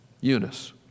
Eunice